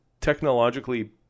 technologically